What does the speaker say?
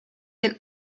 del